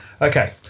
Okay